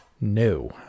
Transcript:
No